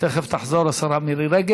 תכף תחזור השרה מירי רגב.